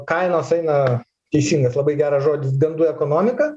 kainos eina teisingas labai geras žodis gandų ekonomika